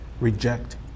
reject